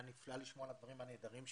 היה נפלא לשמוע על הדברים הנהדרים שנעשים.